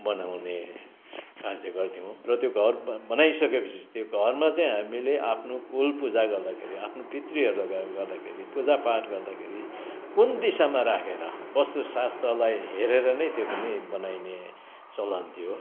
बनाउने कार्य गर्थ्यौँ र त्यो घर ब बनाइसके पछि त्यो घरमा चाहिँ हामीले आफ्नो कुल पूजा गर्दाखेरि आफ्नो पितृहरूले गर्दाखेरि पूजा पाठ गर्दाखेरि कुन दिशामा राखेर वास्तु शास्त्रलाई हेरेर नै त्यो पनि बनाइने चलन थियो